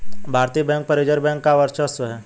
भारतीय बैंकों पर रिजर्व बैंक का वर्चस्व है